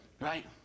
Right